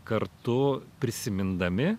kartu prisimindami